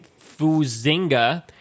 Fuzinga